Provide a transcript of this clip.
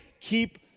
keep